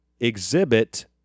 exhibit